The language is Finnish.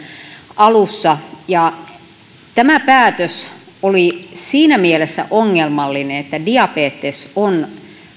alussa tämä päätös oli siinä mielessä ongelmallinen että diabetes on